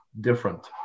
different